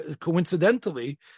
coincidentally